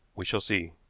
we shall see.